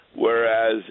Whereas